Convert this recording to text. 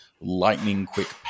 lightning-quick